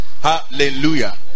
Hallelujah